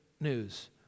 news